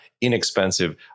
inexpensive